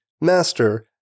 Master